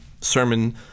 sermon